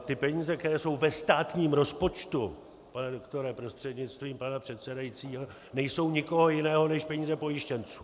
Ty peníze, které jsou ve státním rozpočtu, pane doktore prostřednictvím pana předsedajícího, nejsou nikoho jiného než peníze pojištěnců.